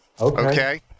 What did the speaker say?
Okay